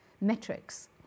metrics